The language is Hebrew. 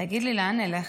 תגיד לי, לאן נלך?